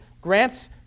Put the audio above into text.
grants